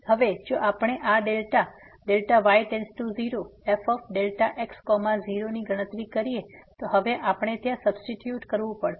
તેથી હવે જો આપણે આ ડેલ્ટા Δy→0 fx0 ની ગણતરી કરીએ તો હવે આપણે ત્યાં સબસ્ટીટ્યુટ કરવું પડશે